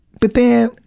but then,